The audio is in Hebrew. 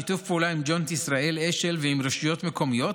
בשיתוף פעולה עם ג'וינט ישראל-אשל ועם רשויות מקומיות,